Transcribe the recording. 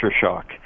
shock